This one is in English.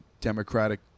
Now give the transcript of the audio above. Democratic